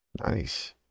Nice